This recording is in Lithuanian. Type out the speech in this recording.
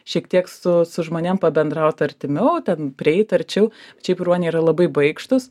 šiek tiek su žmonėm pabendraut artimiau ten prieit arčiau šiaip ruoniai yra labai baikštūs